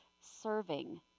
serving